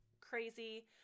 crazy